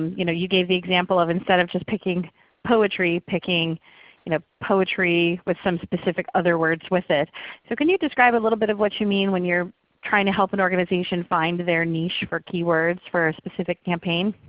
you know you gave the example of instead of just picking poetry, picking you know poetry with some specific other words with it. so can you describe a little bit of what you mean when you're trying to help an organization find their niche for keywords for a specific campaign?